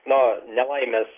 na nelaimės